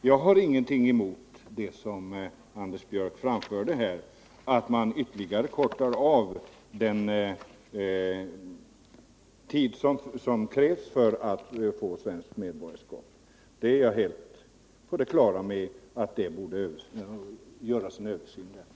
Jag har ingenting emot det som Anders Björck anförde, att man ytterligare kortar av den tid som krävs för att få svenskt medborgarskap. Jag är helt på det klara med att en översyn av de bestämmelserna bör göras.